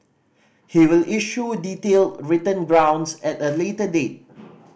he will issue detailed written grounds at a later date